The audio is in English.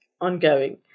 ongoing